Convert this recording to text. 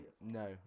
No